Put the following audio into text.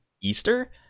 easter